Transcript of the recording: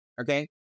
okay